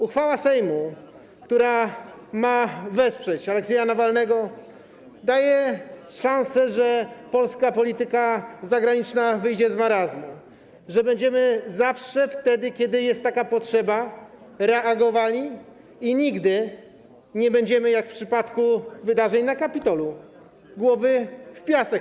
Uchwała Sejmu, która ma wesprzeć Aleksieja Nawalnego, daje szansę, że polska polityka zagraniczna wyjdzie z marazmu, że zawsze wtedy, kiedy jest taka potrzeba, będziemy reagowali i że nigdy nie będziemy, jak w przypadku wydarzeń na Kapitolu, chowali głowy w piasek.